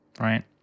right